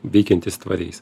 veikiantys tvariais